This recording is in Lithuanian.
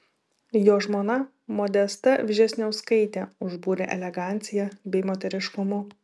jo žmona modesta vžesniauskaitė užbūrė elegancija bei moteriškumu